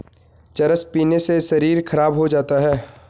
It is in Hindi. चरस पीने से शरीर खराब हो जाता है